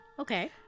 Okay